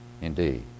Indeed